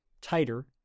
tighter